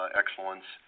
excellence